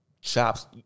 Chops